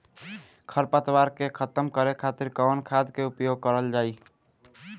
खर पतवार के खतम करे खातिर कवन खाद के उपयोग करल जाई?